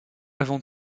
avant